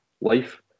life